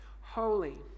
Holy